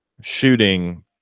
shooting